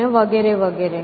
અને વગેરે વગેરે